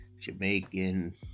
Jamaican